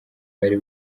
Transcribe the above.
bari